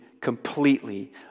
completely